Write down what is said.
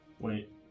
Wait